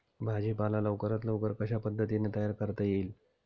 भाजी पाला लवकरात लवकर कशा पद्धतीने तयार करता येईल?